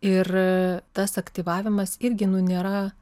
ir tas aktyvavimas irgi nu nėra